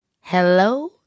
hello